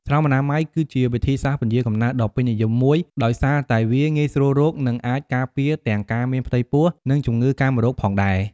ស្រោមអនាម័យ គឺជាវិធីសាស្ត្រពន្យារកំណើតដ៏ពេញនិយមមួយ ដោយសារតែវាងាយស្រួលរក និងអាចការពារទាំងការមានផ្ទៃពោះ និងជំងឺកាមរោគផងដែរ។